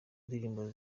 ndirimbo